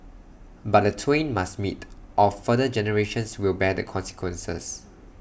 but the twain must meet or further generations will bear the consequences